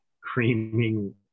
creaming